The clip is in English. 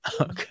Okay